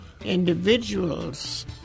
individuals